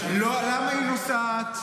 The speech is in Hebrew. למה היא נוסעת?